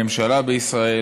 הממשלה בישראל,